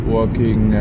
Working